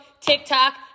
TikTok